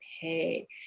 pay